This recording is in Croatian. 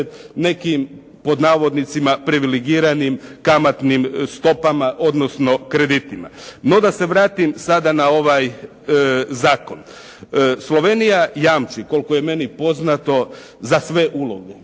nekim "privilegiranim kamatnim stopama", odnosno kreditima. No da se vratim sada na ovaj zakon. Slovenija jamči, koliko je meni poznato za sve uloge.